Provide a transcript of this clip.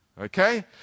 Okay